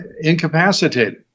incapacitated